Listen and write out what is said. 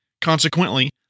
Consequently